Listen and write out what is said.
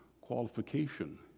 qualification